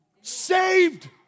Saved